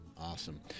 awesome